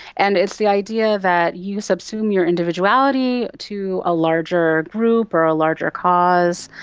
and it's the idea that you subsume your individuality to a larger group or a larger cause.